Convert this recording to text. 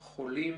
חולים.